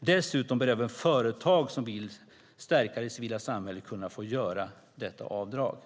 Dessutom bör även företag som vill stärka det civila samhället kunna få göra detta avdrag.